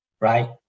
right